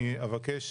אני אבקש